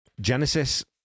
genesis